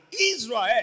Israel